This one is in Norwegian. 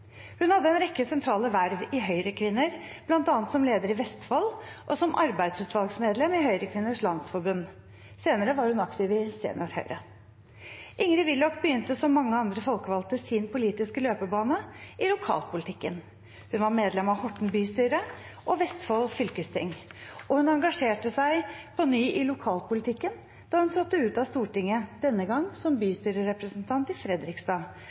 Hun hadde en rekke sentrale verv i Høyrekvinner, bl.a. som leder i Vestfold og som arbeidsutvalgsmedlem i Høyrekvinners Landsforbund. Senere var hun aktiv i Senior Høyre. Ingrid Willoch begynte som mange andre folkevalgte sin politiske løpebane i lokalpolitikken. Hun var medlem av Horten bystyre og Vestfold fylkesting. Og hun engasjerte seg på ny i lokalpolitikken da hun trådte ut av Stortinget, denne gang som bystyrerepresentant i Fredrikstad,